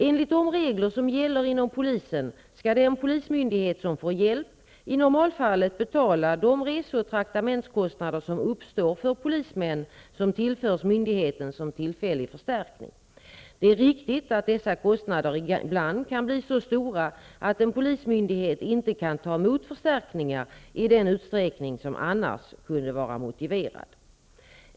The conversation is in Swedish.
Enligt de regler som gäller inom polisen skall den polismyndighet som får hjälp i normalfallet betala de rese och traktamentskostnader som uppstår för polismän som tillförs myndigheten som tillfällig förstärkning. Det är riktigt att dessa kostnader ibland kan bli så stora att en polismyndighet inte kan ta emot förstärkningar i den utsträckning som annars kunde vara motiverad.